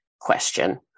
question